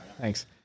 Thanks